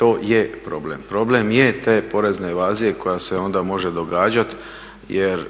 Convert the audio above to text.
To je problem. Problem je te porezne evazije koja se onda može događati jer